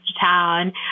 town